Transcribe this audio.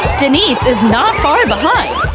denise is not far behind!